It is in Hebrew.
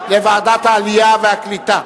לוועדת העלייה והקליטה.